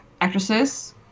Actresses